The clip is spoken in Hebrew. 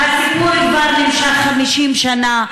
הסיפור נמשך כבר 50 שנה,